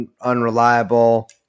unreliable